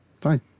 fine